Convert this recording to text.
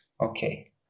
Okay